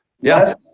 Yes